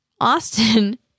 Austin